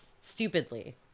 stupidly